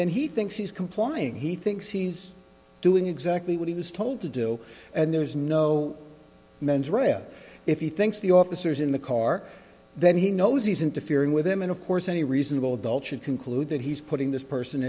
then he thinks he's complying he thinks he's doing exactly what he was told to do and there's no mens rea if he thinks the officers in the car then he knows he's interfering with him and of course any reasonable adult should conclude that he's putting this person